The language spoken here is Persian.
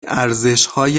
ارزشهای